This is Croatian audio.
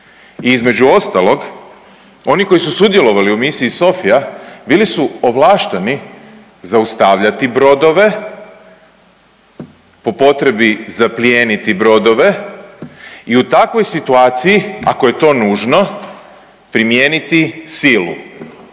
i između ostalog oni koji su sudjelovali u misiji Sophia bili su ovlašteni zaustavljati brodove, po potrebi zaplijeniti brodove i u takvoj situaciji ako je to nužno primijeniti silu.